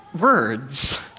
words